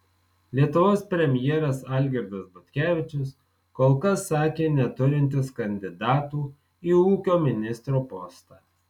lietuvos premjeras algirdas butkevičius kol kas sakė neturintis kandidatų į ūkio ministro postą